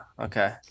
okay